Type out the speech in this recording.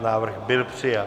Návrh byl přijat.